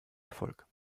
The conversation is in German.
erfolg